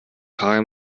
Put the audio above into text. frage